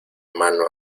mano